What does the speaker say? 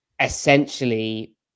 essentially